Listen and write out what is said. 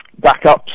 Backups